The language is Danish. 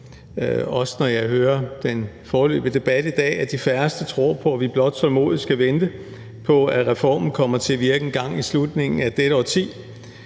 også når jeg hører den foreløbige debat i dag, at de færreste tror på, at vi blot tålmodigt skal vente på, at reformen kommer til at virke engang i slutningen af dette årti.